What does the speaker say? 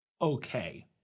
okay